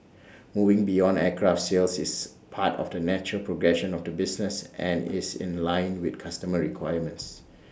moving beyond aircraft sales is part of the natural progression of the business and is in line with customer requirements